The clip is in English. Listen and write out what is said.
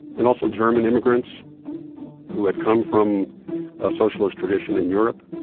and also, german immigrants who had come from a socialist tradition in europe.